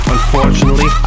Unfortunately